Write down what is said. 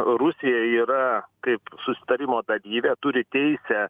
rusija yra kaip susitarimo dalyvė turi teisę